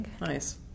Nice